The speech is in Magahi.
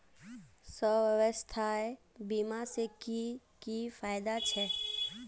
स्वास्थ्य बीमा से की की फायदा छे?